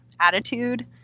Attitude